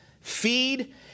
feed